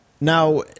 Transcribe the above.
Now